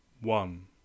one